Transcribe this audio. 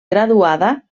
graduada